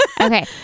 Okay